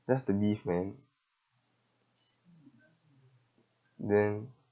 that's the beef mans then